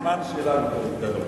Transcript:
סימן שאלה גדול.